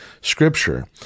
scripture